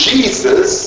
Jesus